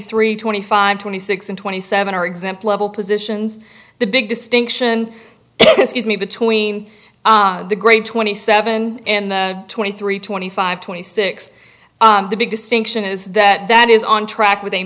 three twenty five twenty six and twenty seven are example level positions the big distinction is made between the great twenty seven and twenty three twenty five twenty six the big distinction is that that is on track with a